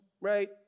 right